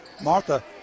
Martha